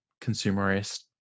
consumerist